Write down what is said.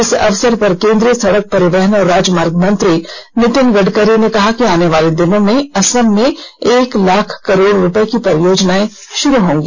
इस अवसर पर केन्द्रीय सड़क परिवहन और राजमार्ग मंत्री नीतिन गडकरी ने कहा कि आने वाले दिनों में असम में एक लाख करोड़ रूपये की परियोजना शुरू होगी